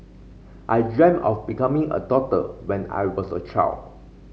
I dreamt of becoming a doctor when I was a child